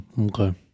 okay